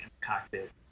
cockpit